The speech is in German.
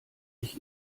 ich